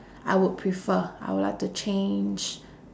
I would prefer I would like to change